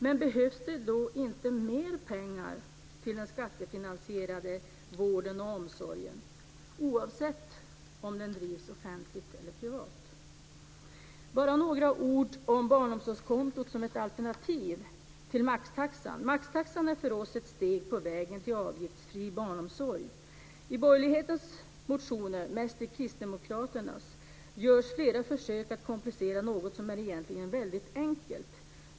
Men behövs det då inte mer pengar till den skattefinansierade vården och omsorgen, oavsett om den drivs offentligt eller privat? Bara några ord om barnomsorgskontot som ett alternativ till maxtaxan. Maxtaxan är för oss ett steg på vägen till avgiftsfri barnomsorg. I borgerlighetens motioner, mest i kristdemokraternas, görs flera försök att komplicera något som egentligen är väldigt enkelt.